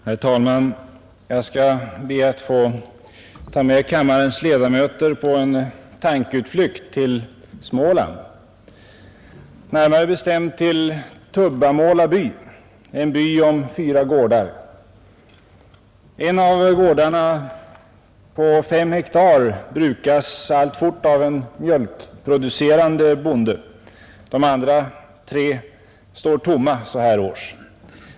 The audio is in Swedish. Herr talman! Jag skall be att få ta med kammarens ledamöter på en tankeutflykt till Småland, närmare bestämt till Tubbamåla by, en by om fyra gårdar. En av gårdarna, som är på 5 hektar, brukas alltjämt av en mjölkproducerande bonde, de andra tre står tomma så här års.